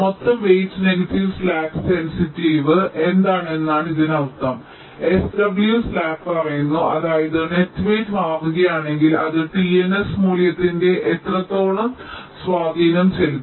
മൊത്തം weight negative slack sensitivity എന്താണ് എന്നാണ് ഇതിനർത്ഥം SW സ്ലാക്ക് പറയുന്നു അതായത് നെറ്റ് വെയ്റ് മാറുകയാണെങ്കിൽ അത് TNS മൂല്യത്തിൽ എത്രത്തോളം സ്വാധീനം ചെലുത്തും